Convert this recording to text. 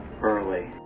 early